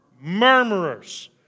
Murmurers